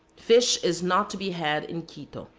fish is not to be had in quito.